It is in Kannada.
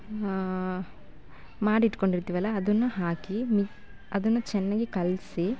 ಆಂ ಮಾಡಿಟ್ಕೊಂಡಿರ್ತೀವಲ್ಲ ಅದನ್ನ ಹಾಕಿ ಮಿ ಅದನ್ನ ಚೆನ್ನಾಗಿ ಕಲಸಿ